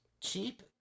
cheap